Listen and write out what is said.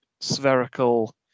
spherical